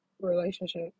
relationship